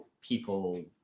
people